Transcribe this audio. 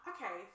Okay